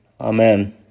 amen